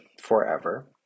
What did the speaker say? forever